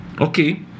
okay